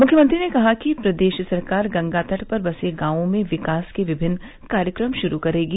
मुख्यमंत्री ने कहा कि प्रदेश सरकार गंगा तट पर बसे गांवों में विकास के विभिन्न कार्यक्रम शुरू करेगी